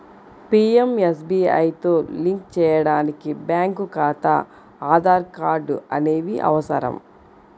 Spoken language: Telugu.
పీయంఎస్బీఐతో లింక్ చేయడానికి బ్యేంకు ఖాతా, ఆధార్ కార్డ్ అనేవి అవసరం